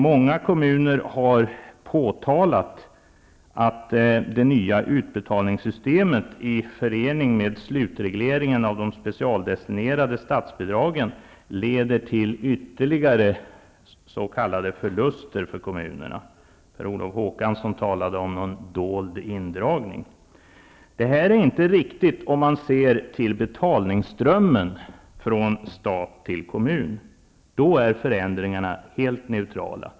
Många kommuner har påtalat att det nya utbetalningssystemet i förening med slutregleringen av de specialdestinerade statsbidragen leder till ytterligare s.k. förluster för kommunerna. Per Olof Håkansson talade om en dold indragning. Detta är inte riktigt om man ser till betalningsströmmen från stat till kommun. Då är förändringarna helt neutrala.